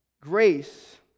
grace